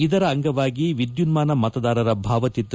ಇದರ ಅಂಗವಾಗಿ ವಿದ್ಯುನ್ಮಾನ ಮತದಾರರ ಭಾವಚಿತ್ರ